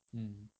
mm